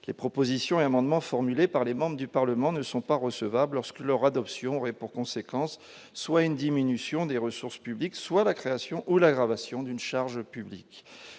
les propositions et amendements formulés par les membres du Parlement ne sont pas recevables lorsque leur adoption aurait pour conséquence soit une diminution des ressources publiques, soit la création ou l'aggravation d'une charge publique